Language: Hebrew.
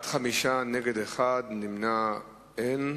אחד נגד ואין נמנעים.